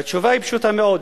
והתשובה היא פשוטה מאוד.